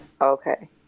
okay